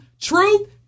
Truth